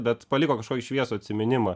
bet paliko kažkokį šviesų atsiminimą